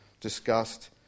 discussed